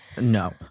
No